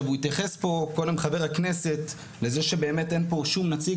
התייחס פה קודם חבר הכנסת לזה שאין פה שום נציג.